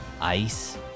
ice